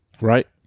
Right